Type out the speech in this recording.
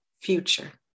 future